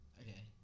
Okay